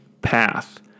path